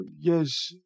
Yes